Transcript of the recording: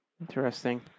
Interesting